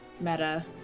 meta